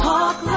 Talk